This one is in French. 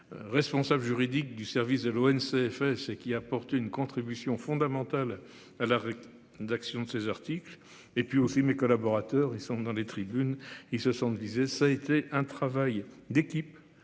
Responsable juridique du service de l'ONCF. Qu'il a apporté une contribution fondamentale à la rue d'action de ces articles et puis aussi mes collaborateurs et ils sont dans les tribunes, ils se sentent visés. Ça a été un travail d'équipe